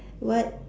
what